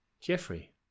Jeffrey